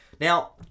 Now